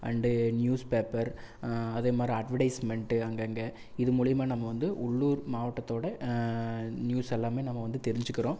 and news paper அதேமாதிரி advertisement அங்கங்கே இது மூலிமா நம்ம வந்து உள்ளூர் மாவட்டத்தோடய நியூஸ் எல்லாமே நம்ம வந்து தெரிஞ்சிக்கிறோம்